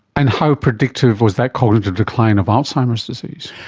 and how predictive was that cognitive decline of alzheimer's disease?